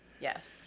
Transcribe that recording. Yes